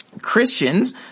Christians